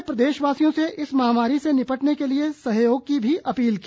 उन्होंने प्रदेशवासियों से इस महामारी से निपटने के लिए सहयोग की भी अपील की